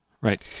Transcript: Right